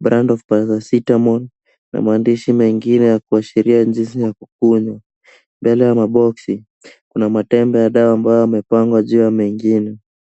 brand of paracetamol na maandishi mengine ya kuashiria ya kunywa. Mbele ya maboxi kuna matembe ya dawa mayo yamepangwa juu ya mengine.